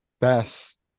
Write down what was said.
best